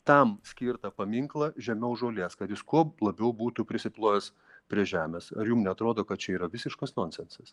tam skirtą paminklą žemiau žolės kad jis kuo labiau būtų prisiplojęs prie žemės ar jum neatrodo kad čia yra visiškas nonsensas